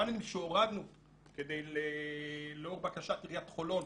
הפאנלים שהורדנו לאור בקשת עיריית חולון,